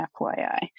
FYI